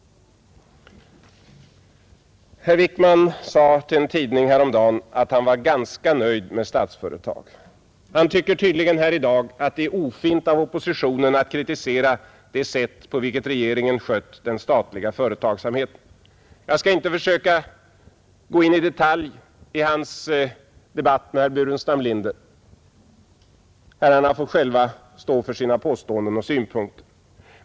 Herr Wickman sade till en tidning häromdagen att han var ganska nöjd med Statsföretag. Han tycker tydligen här i dag att det är ofint av oppositionen att kritisera det sätt på vilket regeringen skött den statliga företagsamheten. Jag skall inte försöka gå in i detalj i hans debatt med herr Burenstam Linder. Herrarna får själva stå för sina påståenden och synpunkter.